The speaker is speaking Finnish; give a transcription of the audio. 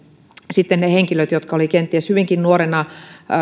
sitten ne henkilöt jotka olivat kenties hyvinkin nuorina